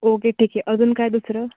okay ठीक आहे अजून काय दुसरं